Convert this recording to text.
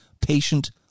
patient